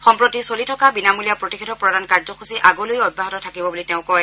সম্প্ৰতি চলি থকা বিনামূলীয়া প্ৰতিষেধক প্ৰদান কাৰ্যসূচী আগলৈও অব্যাহত থাকিব বুলি তেওঁ কয়